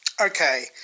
Okay